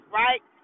right